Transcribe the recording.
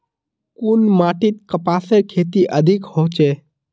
कुन माटित कपासेर खेती अधिक होचे?